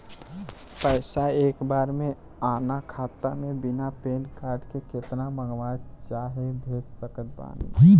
पैसा एक बार मे आना खाता मे बिना पैन कार्ड के केतना मँगवा चाहे भेज सकत बानी?